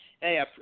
Hey